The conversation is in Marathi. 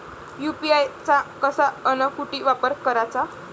यू.पी.आय चा कसा अन कुटी वापर कराचा?